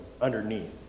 underneath